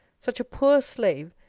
such a poor slave,